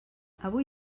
avui